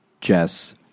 Jess